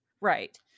Right